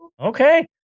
Okay